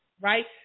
right